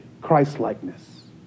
Christlikeness